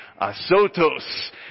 Asotos